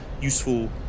useful